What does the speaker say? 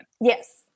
Yes